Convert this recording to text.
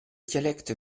dialecte